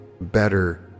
better